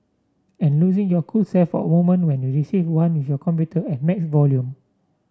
and losing your cool self a moment when you receive one with your computer at max volume